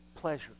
Pleasure